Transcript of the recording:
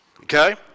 Okay